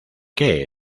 qué